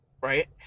right